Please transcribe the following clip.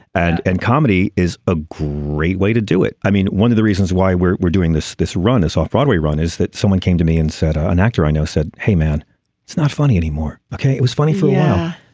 and and comedy is a great way to do it i mean one of the reasons why we're we're doing this this run is off broadway run is that someone came to me and said i'm ah an actor i know said hey man it's not funny anymore. ok. it was funny for yeah